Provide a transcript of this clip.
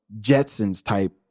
Jetsons-type